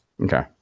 Okay